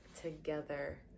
together